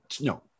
no